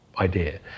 Idea